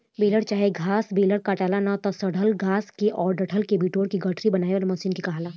baler चाहे घास baler काटल ना त सड़ल घास आ डंठल के बिटोर के गठरी बनावे वाला मशीन के कहाला